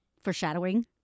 foreshadowing